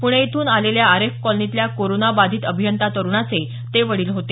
पुणे इथून आलेल्या आरेफ कॉलनीतल्या कोरोना बाधित अभियंता तरूणाचे ते वडील होते